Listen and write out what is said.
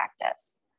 practice